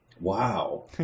Wow